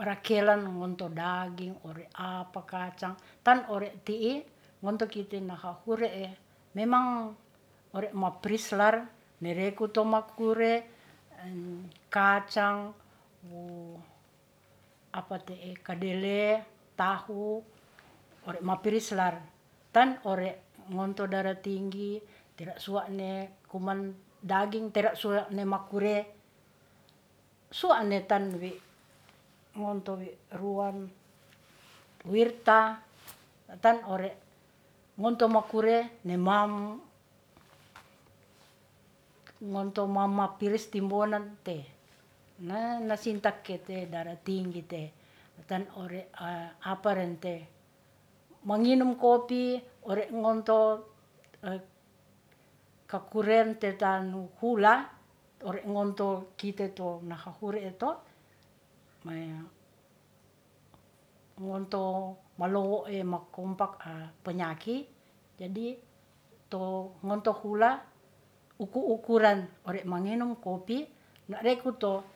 rekelan ngonto daging ore apa kacang tan ore' ti'i ngonto kite nahahure'e memang ore ma prislar nereku to makure kacang wu apa te'e kadelem tahu ore ma pirislar. Tan ore ngonto dara tinggi tera suwa'ne kuman daging tera' suwa'ne makure, suwa'ne tan wi ngonto wi ruam wirta, tan ore ngonto makure ne mam ngonto mamapiris timbonan te, ne nasintak kete darah tinggi te tan ore apa ren te manginum kopi ore ngonto kakuren te tan hula ore ngonto kite to nahahure to. Ngonto malowoe, ma kompak penyaki, jadi to ngonto hula uku ukuran ore manginung kopi na reku to